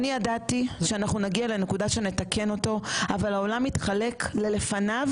אנחנו צריכים שמדינת ישראל תקבל אחריות כך שלא כל אחד יוכל לפתוח גן,